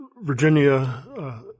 Virginia